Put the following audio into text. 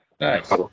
Nice